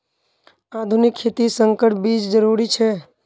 आधुनिक खेतित संकर बीज जरुरी छे